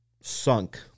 sunk